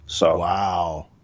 Wow